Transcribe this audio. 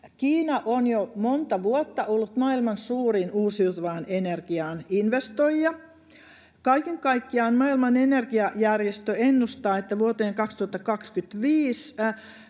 Kiina on jo monta vuotta ollut maailman suurin uusiutuvaan energiaan investoija. Kaiken kaikkiaan maailman energiajärjestö ennustaa, että vuoteen 2025